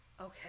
Okay